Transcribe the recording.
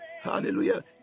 Hallelujah